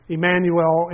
Emmanuel